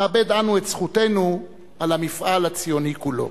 נאבד אנו את זכותנו על המפעל הציוני כולו.